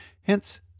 Hence